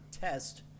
test